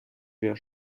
wir